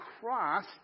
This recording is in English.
cross